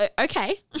Okay